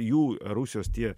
jų rusijos tie